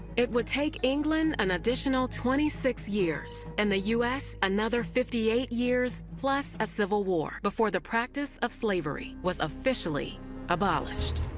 it would take england an additional twenty six years, and the us another fifty eight years plus a civil war before the practice of slavery was officially abolished.